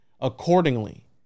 accordingly